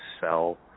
sell